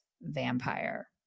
Vampire